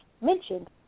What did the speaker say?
mentioned